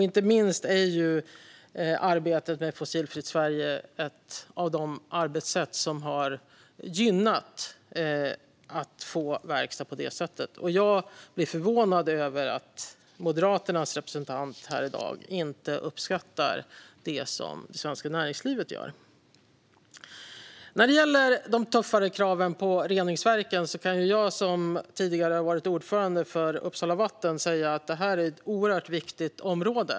Inte minst är arbetet med Fossilfritt Sverige ett av de arbetssätt som har gynnat verkstad på det sättet. Jag blir förvånad över att Moderaternas representant här i dag inte uppskattar det som det svenska näringslivet gör. När det gäller de tuffare kraven på reningsverken kan jag som tidigare ordförande för Uppsala Vatten säga att detta är ett oerhört viktigt område.